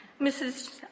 Mrs